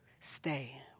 Stay